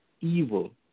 evil